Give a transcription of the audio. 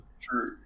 true